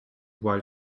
while